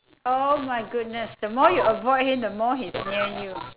oh my goodness the more you avoid him the more he's near you